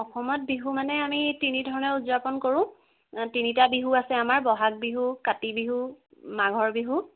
অসমত বিহু মানে আমি তিনি ধৰণে উদযাপন কৰোঁ আ তিনিটা বিহু আছে আমাৰ ব'হাগ বিহু কাতি বিহু মাঘৰ বিহু